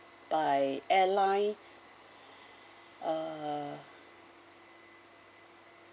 by airline uh